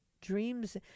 dreams